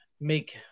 make